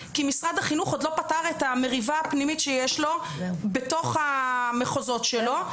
כי משרד החינוך עוד לא פתר את המריבה הפנימית שיש לו במחוזות שלו.